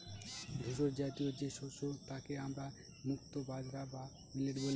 ধূসরজাতীয় যে শস্য তাকে আমরা মুক্তো বাজরা বা মিলেট বলি